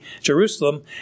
Jerusalem